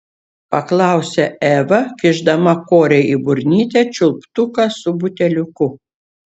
paklausė eva kišdama korei į burnytę čiulptuką su buteliuku